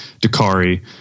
dakari